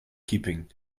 keeping